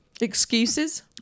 Excuses